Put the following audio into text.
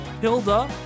hilda